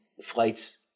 flights